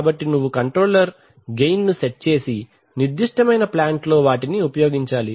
కాబట్టి నువ్వు controller gain ను సెట్ చేసి నిర్దిష్టమైన ప్లాంట్ లో వాటిని ఉపయోగించాలి